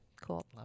Cool